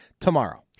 tomorrow